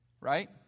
Right